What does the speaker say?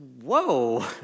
whoa